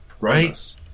Right